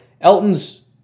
Elton's